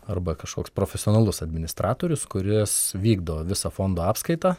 arba kažkoks profesionalus administratorius kuris vykdo visą fondo apskaitą